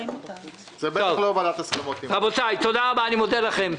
תודה רבה, אני מודה לכם.